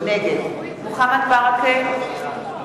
נגד מוחמד ברכה,